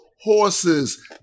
horses